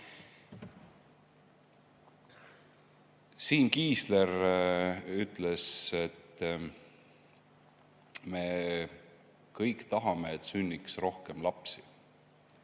Siim Kiisler ütles, et me kõik tahame, et sünniks rohkem lapsi.